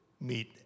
meet